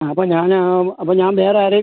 ആ അപ്പോൾ ഞാൻ അപ്പോൾ ഞാൻ വേറെ ആരെയും